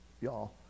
y'all